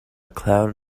cloud